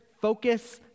focus